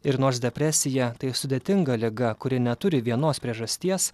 ir nors depresija tai sudėtinga liga kuri neturi vienos priežasties